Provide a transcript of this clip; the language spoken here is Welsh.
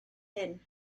hyn